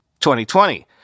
2020